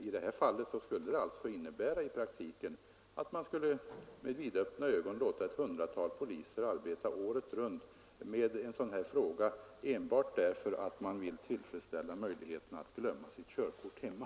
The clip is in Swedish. I det här fallet skulle det i praktiken innebära att man med vidöppna ögon lät ett hundratal poliser arbeta året runt med en sådan här fråga enbart därför att man vill ge folk möjligheter att glömma sitt körkort hemma.